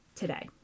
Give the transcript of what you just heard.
today